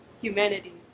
humanity